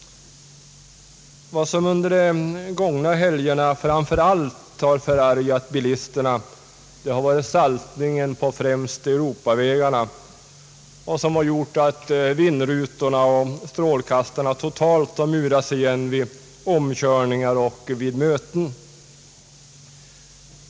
Vad som under de gångna helgerna framför allt har förargat bilisterna har varit saltningen på främst Europavägarna, som har gjort att vindrutorna och strålkastarna totalt har murats igen vid omkörningar och vid möten.